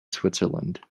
switzerland